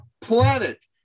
planet